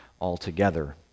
altogether